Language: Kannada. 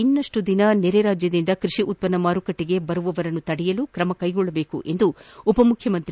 ಇನ್ನಷ್ಟು ದಿನ ನೆರೆ ರಾಜ್ಯದಿಂದ ಕೃಷಿ ಉತ್ಪನ್ನ ಮಾರುಕಟ್ಟಿಗೆ ಬರುವವರನ್ನು ತಡೆಯಲು ಕ್ರಮ ಕೈಗೊಳ್ಳಬೇಕು ಎಂದು ಉಪಮುಖ್ಯಮಂತ್ರಿ